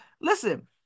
Listen